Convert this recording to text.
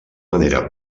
manera